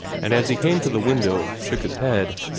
and, as he came to the window, shook his head.